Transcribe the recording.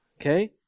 okay